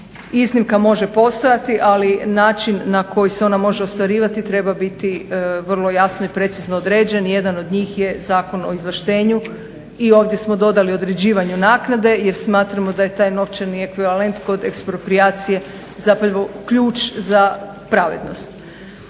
Iznimka može postojati, ali način na koji se ona može ostvarivati treba biti vrlo jasno i precizno određen. Jedan od njih je Zakon o izvlaštenju. I ovdje smo dodali određivanju naknade, jer smatramo da je taj novčani ekvivalent kod eksproprijacije zapravo ključ za pravednost.